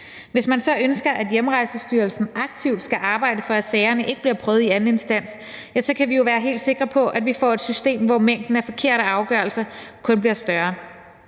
Hvis man så ønsker, at Hjemrejsestyrelsen aktivt skal arbejde for, at sagerne ikke bliver prøvet i anden instans, ja, så kan vi jo være helt sikre på, at vi får et system, hvor mængden af forkerte afgørelser kun bliver større.